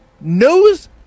knows